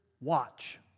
watch